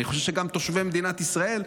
אני חושב שגם תושבי מדינת ישראל.